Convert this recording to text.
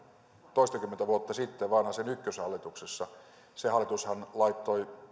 toistakymmentä vuotta sitten vanhasen ykköshallituksessa se hallitushan laittoi